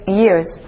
years